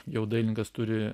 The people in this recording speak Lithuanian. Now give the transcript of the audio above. jau dailininkas turi